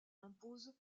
imposent